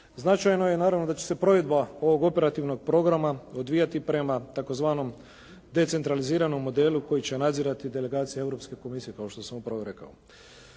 Značajno je naravno da će se provedba ovog operativnog programa odvijati prema tzv. decentraliziranom modelu koji će nadzirati delegacija Europske komisije kao što sam upravo rekao.